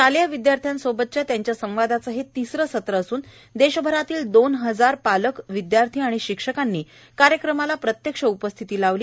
शालेय विद्याश्र्यांसोबतच्या संवादाचं हे तिसरं सत्र असून देशभरातील दोन हजार पालक विद्यार्थी आणि शिक्षकांनी कार्यक्रमाला प्रत्यक्ष उपस्थिती लावली